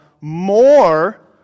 more